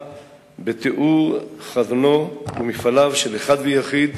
בתיאור חזונו ומפעליו של אחד ויחיד,